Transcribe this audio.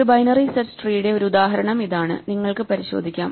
ഒരു binary search ട്രീയുടെ ഒരു ഉദാഹരണം ഇതാണ് നിങ്ങൾക്ക് പരിശോധിക്കാം